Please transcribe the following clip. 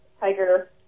Tiger